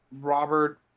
Robert